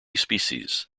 species